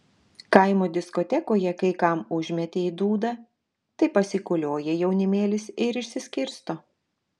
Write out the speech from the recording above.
kaimo diskotekoje kai kam užmeti į dūdą tai pasikolioja jaunimėlis ir išsiskirsto